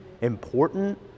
important